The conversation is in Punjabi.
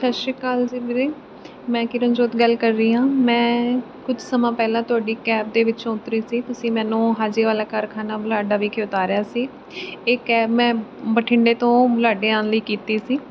ਸਤਿ ਸ਼੍ਰੀ ਅਕਾਲ ਜੀ ਵੀਰੇ ਮੈਂ ਕਿਰਨਜੋਤ ਗੱਲ ਕਰ ਰਹੀ ਹਾਂ ਮੈਂ ਕੁਝ ਸਮਾਂ ਪਹਿਲਾਂ ਤੁਹਾਡੀ ਕੈਬ ਦੇ ਵਿੱਚੋਂ ਉਤਰੀ ਸੀ ਤੁਸੀਂ ਮੈਨੂੰ ਹਜੇ ਵਾਲਾ ਕਾਰਖਾਨਾ ਬੁਢਲਾਡਾ ਵਿਖੇ ਉਤਾਰਿਆ ਸੀ ਇਹ ਕੈਬ ਮੈਂ ਬਠਿੰਡੇ ਤੋਂ ਬੁਢਲਾਡੇ ਆਉਣ ਲਈ ਕੀਤੀ ਸੀ